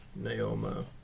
Naoma